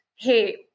hey